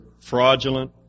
fraudulent